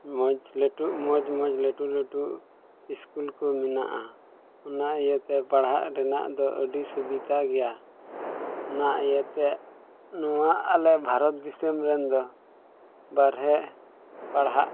ᱢᱚᱡᱽ ᱞᱟᱹᱴᱩ ᱢᱚᱡᱽ ᱢᱚᱡᱽ ᱞᱟᱹᱴᱩ ᱞᱟᱹᱴᱩ ᱥᱠᱩᱞ ᱠᱚ ᱢᱮᱱᱟᱜᱼᱟ ᱚᱱᱟ ᱤᱭᱟᱹᱛᱮ ᱯᱟᱲᱦᱟᱜ ᱨᱮᱱᱟᱜ ᱫᱚ ᱟᱹᱰᱤ ᱥᱩᱵᱤᱫᱷᱟ ᱜᱮᱭᱟ ᱱᱚᱣᱟ ᱤᱭᱟᱹᱛᱮ ᱱᱚᱣᱟ ᱟᱞᱮ ᱵᱷᱟᱨᱚᱛ ᱫᱤᱥᱚᱢ ᱨᱮᱱ ᱫᱚ ᱵᱟᱨᱦᱮ ᱯᱟᱲᱦᱟᱜ